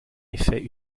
effet